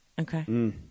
Okay